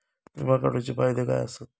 विमा काढूचे फायदे काय आसत?